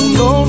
no